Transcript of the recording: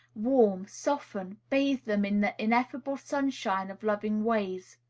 warm, soften, bathe them in the ineffable sunshine of loving ways.